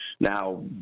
now